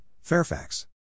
Fairfax